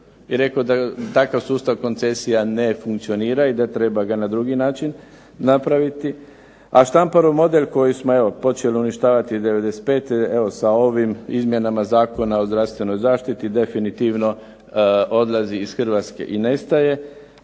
rekao da takav sustav koncesija ne funkcionira i da ga treba na drugi način napraviti. A Štamparov model koji smo počeli uništavati '95. ovim izmjenama Zakona o zdravstvenoj zaštiti definitivno odlazi iz Hrvatske i nestaje,